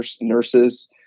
nurses